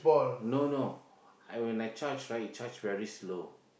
no no when I charge right it charge very slow